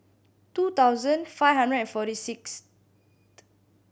two thousand five hundred and forty sixth